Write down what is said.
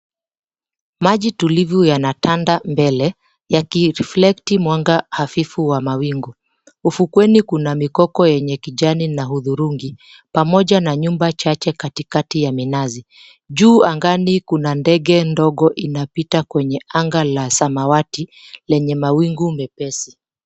Maji tulivu yanatanda mbele yakiriflecti mwanga hafifu wa mawingu. Ufukweni kuna mikoko yenye kijani na hudhurungi pamoja na nyumba chache katikati ya minazi. Juu angani kuna ndege ndogo inapita kwenye anga la samawati lenye mawingu mepesi.